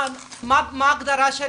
מה ההגדרה של